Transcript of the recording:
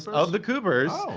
of the coopers. oh!